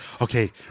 okay